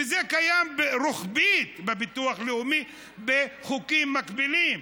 וזה קיים רוחבית בביטוח הלאומי בחוקים מקבילים.